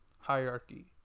hierarchy